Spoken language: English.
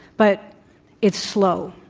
but it's slow.